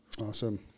Awesome